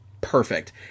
perfect